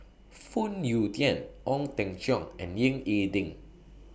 Phoon Yew Tien Ong Teng Cheong and Ying E Ding